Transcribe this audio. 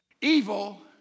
Evil